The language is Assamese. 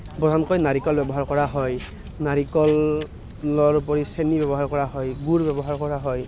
প্ৰধানকৈ নাৰিকল ব্যৱহাৰ কৰা হয় নাৰিকলৰ উপৰি চেনি ব্যৱহাৰ কৰা হয় গুৰ ব্যৱহাৰ কৰা হয়